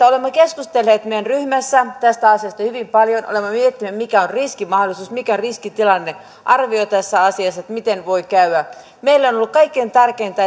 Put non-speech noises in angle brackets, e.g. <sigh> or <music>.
<unintelligible> olemme keskustelleet meidän ryhmässä tästä asiasta hyvin paljon olemme miettineet mikä on riskin mahdollisuus mikä on riskitilannearvio tässä asiassa että miten voi käydä meille on on ollut kaikkein tärkeintä <unintelligible>